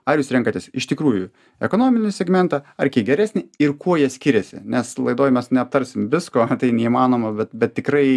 ar jūs renkatės iš tikrųjų ekonominį segmentą ar geresnį ir kuo jie skiriasi nes laidoj mes neaptarsim visko tai neįmanoma bet bet tikrai